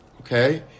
okay